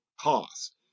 cost